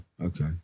okay